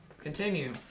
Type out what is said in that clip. Continue